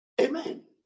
Amen